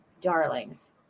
Darlings